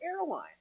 airline